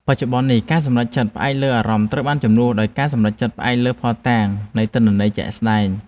បច្ចុប្បន្ននេះការសម្រេចចិត្តផ្អែកលើអារម្មណ៍ត្រូវបានជំនួសដោយការសម្រេចចិត្តផ្អែកលើភស្តុតាងនៃទិន្នន័យជាក់ស្តែង។